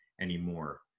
anymore